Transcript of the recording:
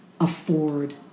afford